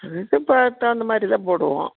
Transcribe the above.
பார்த்து அதுக்கு தகுந்த மாதிரி தான் போடுவோம்